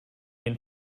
den